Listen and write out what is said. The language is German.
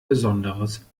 besonderes